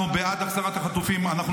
אנחנו בעד החזרת החטופים.